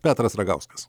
petras ragauskas